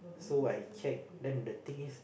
so I check then the thing is